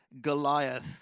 Goliath